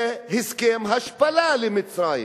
זה הסכם השפלה למצרים,